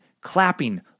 clapping